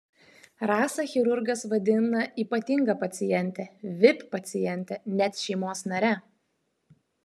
rasą chirurgas vadina ypatinga paciente vip paciente net šeimos nare